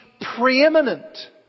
preeminent